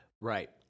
Right